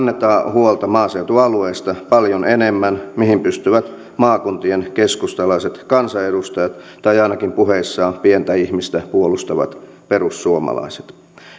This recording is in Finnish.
huolta maaseutualueesta paljon enemmän kuin mihin pystyvät maakuntien keskustalaiset kansanedustajat tai ainakin puheissaan pientä ihmistä puolustavat perussuomalaiset enpä